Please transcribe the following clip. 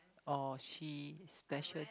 or she special to